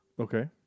Okay